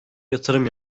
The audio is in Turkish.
yatırım